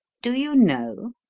do you know?